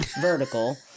vertical